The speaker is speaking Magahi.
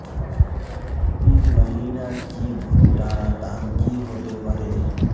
ई महीना की भुट्टा र दाम की होबे परे?